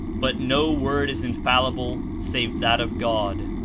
but no word is infallible save that of god,